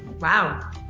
Wow